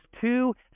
two